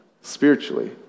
spiritually